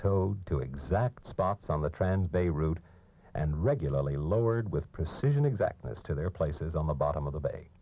towed to exact spots on the trend beirut and regularly lowered with precision exactness to their places on the bottom of the ba